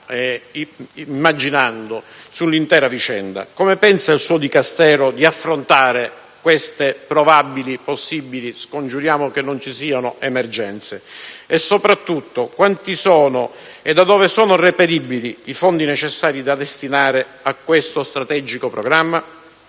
immaginando sull'intera vicenda. Come pensa il suo Dicastero di affrontare queste probabili, possibili (facciamo gli scongiuri che non ci siano) emergenze? E soprattutto, a quanto ammontano e da dove sono reperibili le risorse necessarie da destinare a questo strategico programma?